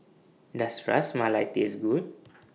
Does Ras Malai Taste Good